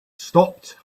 stopped